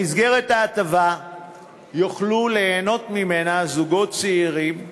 מההטבה יוכלו ליהנות זוגות צעירים,